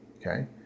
Okay